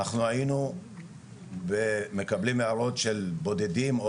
אנחנו היינו מקבלים הערות של בודדים,